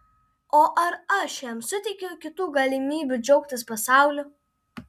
o ar aš jam suteikiu kitų galimybių džiaugtis pasauliu